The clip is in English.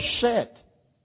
set